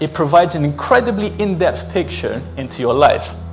it provides an incredibly in that picture into your life